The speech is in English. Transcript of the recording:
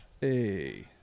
hey